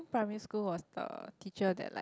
primary school was the teacher that like